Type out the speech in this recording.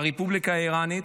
הרפובליקה האיראנית,